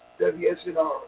WSNR